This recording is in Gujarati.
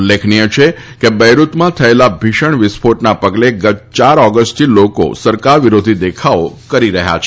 ઉલ્લેખનીય છે કે બૈરૂતમાં થયેલા ભીષણ વિસ્ફોટના પગલે ગત યાર ઓગસ્ટથી લોકો સરકાર વિરોધી દેખાવો કરી રહ્યા છે